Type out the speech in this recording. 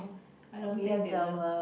I don't think they will